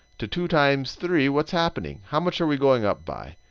to two times three, what's happening? how much are we going up by?